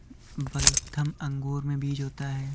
Waltham अंगूर में बीज होता है